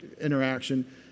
interaction